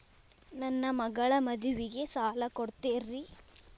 ನನ್ನ ಮಗಳ ಮದುವಿಗೆ ಸಾಲ ಕೊಡ್ತೇರಿ?